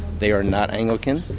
they are not anglican,